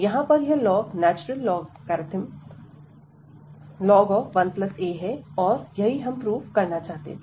यहां पर यह log नेचुरल लॉग्र्रिदम 1a है और यही हम प्रूफ करना चाहते थे